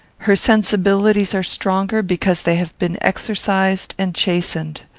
her sensibilities are stronger, because they have been exercised and chastened.